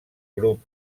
grup